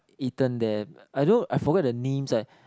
eaten there I don't know I forget the names eh